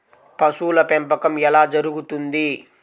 పశువుల పెంపకం ఎలా జరుగుతుంది?